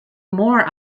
more